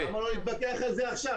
למה שלא נתווכח על זה עכשיו?